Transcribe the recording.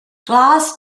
glass